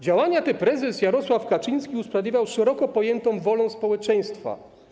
Działania te prezes Jarosław Kaczyński usprawiedliwiał szeroko pojętą wolą społeczeństwa.